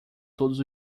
todos